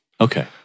Okay